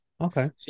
Okay